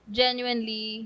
genuinely